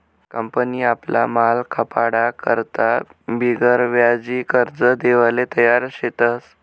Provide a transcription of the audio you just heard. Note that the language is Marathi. कंपनी आपला माल खपाडा करता बिगरव्याजी कर्ज देवाले तयार शेतस